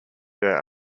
there